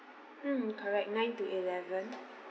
um correct nine to eleven